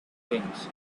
things